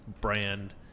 Brand